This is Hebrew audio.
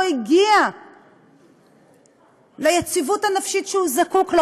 לא הגיע ליציבות הנפשית שהוא זקוק לה,